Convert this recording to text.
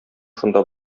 шунда